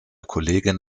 kollegin